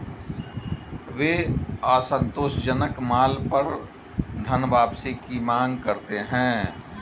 वे असंतोषजनक माल पर धनवापसी की मांग करते हैं